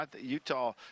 Utah